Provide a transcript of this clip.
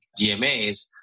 DMAs